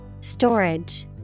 Storage